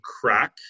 crack